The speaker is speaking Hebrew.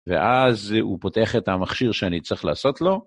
ואז הוא פותח את המכשיר שאני צריך לעשות לו.